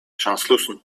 translucent